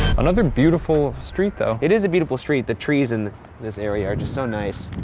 another beautiful street though. it is a beautiful street. the trees in this area are just so nice.